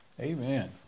Amen